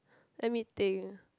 let me think